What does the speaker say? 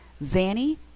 zanny